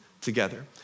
together